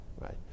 Right